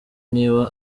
niba